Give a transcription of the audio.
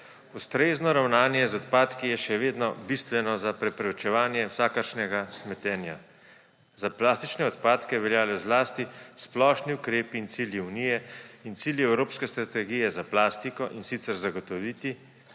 Ustrezno ravnanje z odpadki je še vedno bistveno za preprečevanje vsakršnega smetenja. Za plastične odpadke veljajo zlasti splošni ukrepi in cilji Unije in cilji Evropske strategije za plastiko, in sicer zagotoviti,